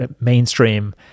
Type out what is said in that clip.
mainstream